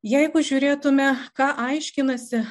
jeigu žiūrėtume ką aiškinasi